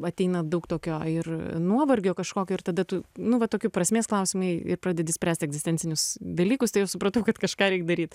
ateina daug tokio ir nuovargio kažkokio ir tada tu nu va tokių prasmės klausimai ir pradedi spręst egzistencinius dalykus taip supratau kad kažką reik daryt